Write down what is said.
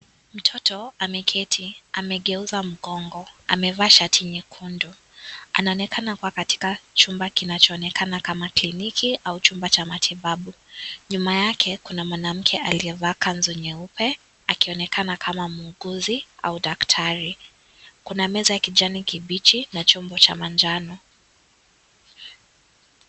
Mtoto ameketi. Amegeuza mgongo, amevaa shati nyekundu. Anaonekana kuwa katika chumba kinachoonekana kama kliniki au chumba cha matibabu. Nyuma yake, kuna mwanamke aliyevaa kanzu nyeupe akionekana kama muuguzi au daktari. Kuna meza ya kijani kibichi na chombo cha manjano.